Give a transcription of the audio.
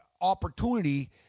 opportunity